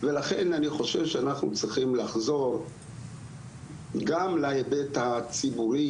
ולכן אני חושב שאנחנו צריכים לחזור גם להיבט הציבורי